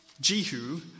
Jehu